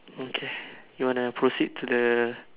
okay you want to proceed to the